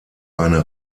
eine